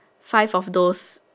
five of those